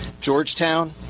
Georgetown